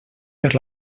per